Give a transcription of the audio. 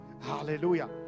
hallelujah